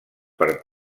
per